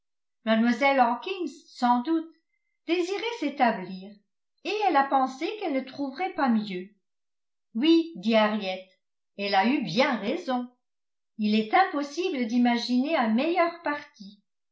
mlle hawkins sans doute désirait s'établir et elle a pensé qu'elle ne trouverait pas mieux oui dit henriette elle a eu bien raison il est impossible d'imaginer un meilleur parti